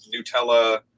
Nutella